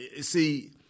See